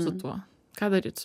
su tuo ką daryt